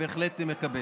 בהחלט מקבל.